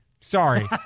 Sorry